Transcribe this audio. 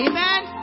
Amen